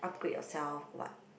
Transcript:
upgrade yourself what